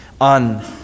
on